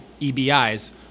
EBIs